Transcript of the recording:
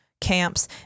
camps